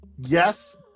yes